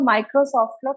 Microsoft